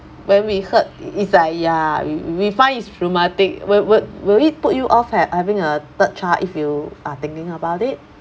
when we heard is like ya we find it's traumatic will will will it put you off at having a third child if you are thinking about it